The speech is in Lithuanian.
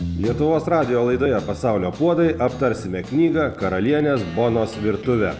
lietuvos radijo laidoje pasaulio puodai aptarsime knygą karalienės bonos virtuvė